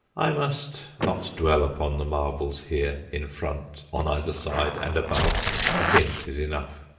i must not dwell upon the marvels here, in front, on either side, and above a hint is enough.